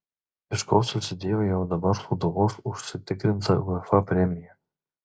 iš ko susidėjo jau dabar sūduvos užsitikrinta uefa premija